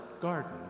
garden